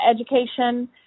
education